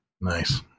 Nice